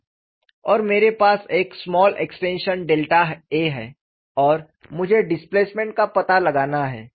और मेरे पास एक स्मॉल एक्सटेंशन डेल्टा है और मुझे डिस्प्लेसमेंट का पता लगाना है